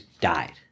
died